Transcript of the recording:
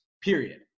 period